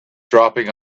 dropping